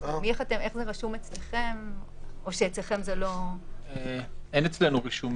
אין אצלנו רישום